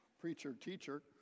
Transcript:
preacher-teacher